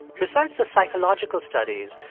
besides the psychological studies,